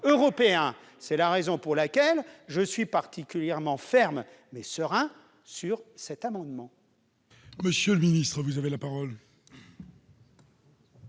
C'est la raison pour laquelle je reste particulièrement ferme- et serein -sur cet amendement.